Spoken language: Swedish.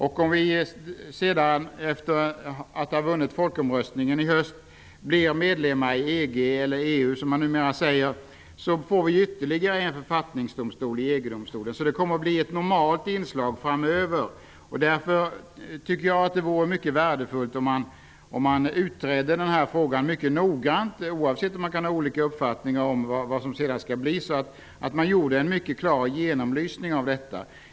Om vi i höst, efter att i folkomröstningen sagt ja, blir medlemmar i EU får vi ytterligare en författningsdomstol i EG-domstolen. Det kommer att bli ett normalt inslag framöver. Därför tycker jag att det vore värdefullt om frågan utreddes noggrant, oavsett om man har olika uppfattningar om vad som sedan skall gälla. Det vore bra med en klar genomlysning.